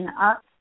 up